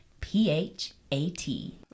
p-h-a-t